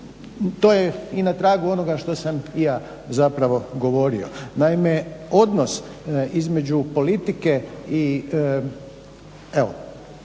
To je i na tragu onoga što sam i ja govorio. Naime, odnos između politike i